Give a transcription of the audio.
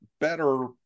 better